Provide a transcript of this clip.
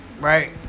right